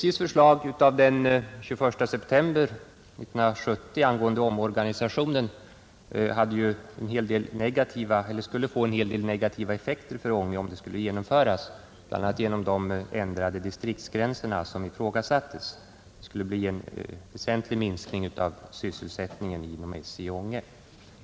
SJ:s förslag av den 21 september 1970 angående dess omorganisation skulle ju få en hel del negativa effekter för Ånge om den genomfördes, bl.a. genom de ändrade distriktsgränser som ifrågasattes. Det skulle bli en väsentlig minskning av sysselsättningen inom SJ i Ånge.